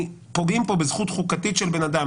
פוגעים פה בזכות חוקתית של בן אדם,